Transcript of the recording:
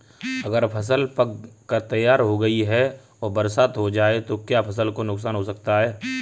अगर फसल पक कर तैयार हो गई है और बरसात हो जाए तो क्या फसल को नुकसान हो सकता है?